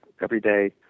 everyday